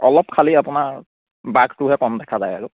অলপ খালী আপোনাৰ বাঘটোহে কম দেখা যায় আৰু